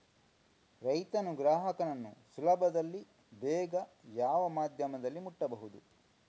ರೈತನು ಗ್ರಾಹಕನನ್ನು ಸುಲಭದಲ್ಲಿ ಬೇಗ ಯಾವ ಮಾಧ್ಯಮದಲ್ಲಿ ಮುಟ್ಟಬಹುದು?